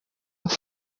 kure